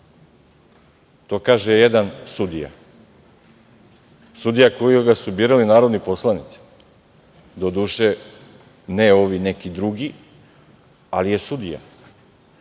To kaže jedan sudija, sudija koga su birali narodni poslanici, doduše, ne ovi neki drugi, ali je sudija.